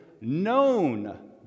known